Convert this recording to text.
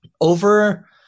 over